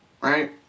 Right